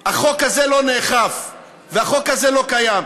החוק הזה לא נאכף והחוק הזה לא קיים.